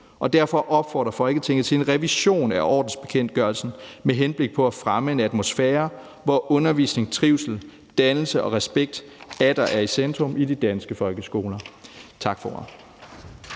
Derfor opfordrer Folketinget til en revision af ordensbekendtgørelsen med henblik på at fremme en atmosfære, hvor undervisning, trivsel, dannelse og respekt atter er i centrum i de danske folkeskoler«. (Forslag